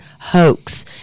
hoax